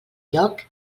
lloc